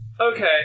Okay